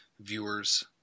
viewers